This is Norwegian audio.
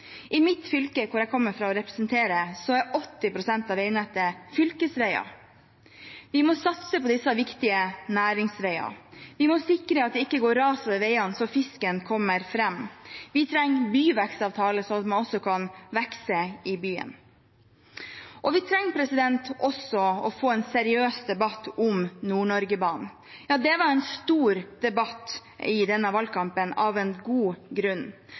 I det fylket som jeg kommer fra og representerer, er 80 pst. av veinettet fylkesveier. Vi må satse på disse viktige næringsveiene. Vi må sikre at det ikke går ras ved veiene, så fisken kommer fram. Vi trenger byvekstavtaler, så man også kan vokse i byene. Vi trenger også å få en seriøs debatt om Nord-Norge-banen. Det var en stor debatt i denne valgkampen, med god grunn.